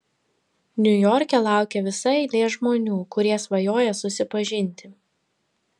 niujorke laukia visa eilė žmonių kurie svajoja susipažinti